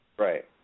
Right